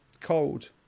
cold